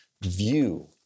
view